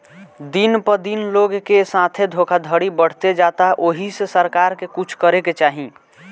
दिन प दिन लोग के साथे धोखधड़ी बढ़ते जाता ओहि से सरकार के कुछ करे के चाही